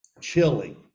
Chilling